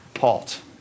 halt